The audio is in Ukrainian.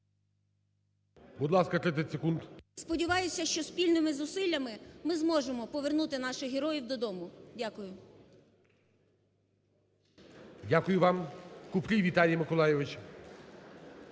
Будь ласка, 30 секунд. ЛУЦЕНКО І.С. Сподіваюся, що спільними зусиллями ми зможемо повернути наших героїв додому. Дякую. ГОЛОВУЮЧИЙ. Дякую вам. Купрій Віталій Миколайович.